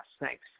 Thanks